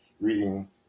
reading